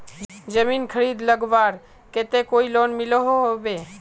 जमीन खरीद लगवार केते कोई लोन मिलोहो होबे?